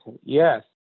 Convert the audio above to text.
yes